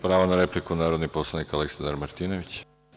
Pravo na repliku ima narodni poslanik Aleksandar Martinović.